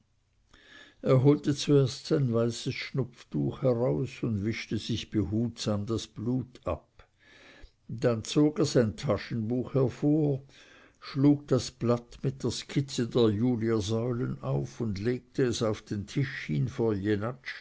er holte zuerst sein weißes schnupftuch heraus und wischte sich behutsam das blut ab dann zog er sein taschenbuch hervor schlug das blatt mit der skizze der juliersäulen auf und legte es auf den tisch hin vor